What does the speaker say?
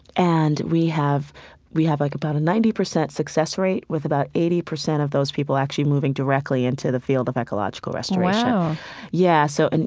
and we have we have like about a ninety percent success rate, with about eighty percent of those people actually moving directly into the field of ecological restoration wow yeah, so, and